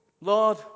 Lord